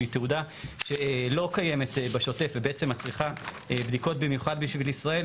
שהיא תעודה שלא קיימת בשוטף ובעצם את צריכה בדיקות במיוחד בשביל ישראל,